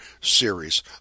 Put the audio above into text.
series